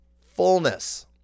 fullness